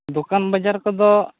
ᱫᱚᱠᱟᱱ ᱵᱟᱡᱟᱨ ᱠᱚᱫᱚ